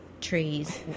trees